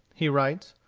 he writes,